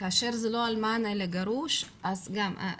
כאשר זה לא אלמן או גרוש, גם כן.